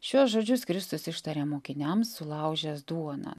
šiuos žodžius kristus ištarė mokiniams sulaužęs duoną